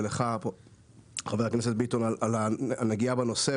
ולחבר הכנסת ביטון על הנגיעה בנושא,